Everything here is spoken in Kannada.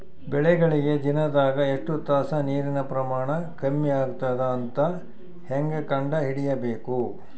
ಬೆಳಿಗಳಿಗೆ ದಿನದಾಗ ಎಷ್ಟು ತಾಸ ನೀರಿನ ಪ್ರಮಾಣ ಕಮ್ಮಿ ಆಗತದ ಅಂತ ಹೇಂಗ ಕಂಡ ಹಿಡಿಯಬೇಕು?